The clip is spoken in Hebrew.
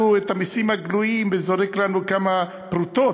את המסים הגלויים וזורק לנו כמה פרוטות,